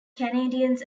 canadians